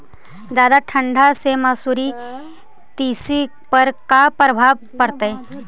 जादा ठंडा से मसुरी, तिसी पर का परभाव पड़तै?